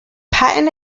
patent